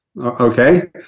Okay